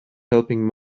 helping